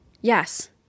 Yes